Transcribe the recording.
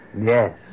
Yes